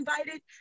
invited